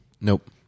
Nope